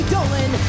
Dolan